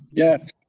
yes.